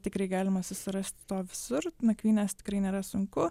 tikrai galima susirast to visur nakvynės tikrai nėra sunku